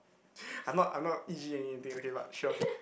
I'm not I'm not anything okay but sure